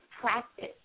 practice